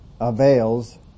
avails